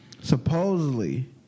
supposedly